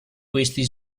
questi